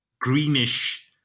greenish